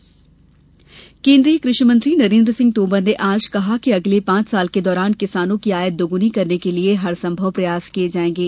किसान आय केन्द्रीय कृषि मंत्री नरेन्द्र सिंह तोमर ने आज कहा कि अगले पांच साल के दौरान किसानों की आय दौगुनी करने के लिये हर संभव प्रयास किये जाएंगे